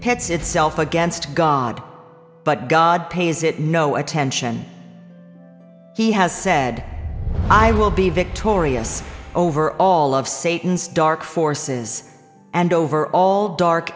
pits itself against god but god pays it no attention he has said i will be victorious over all of satan's dark forces and over all dark